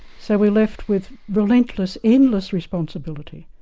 so we're left with relentless, endless responsibility.